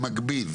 במקביל,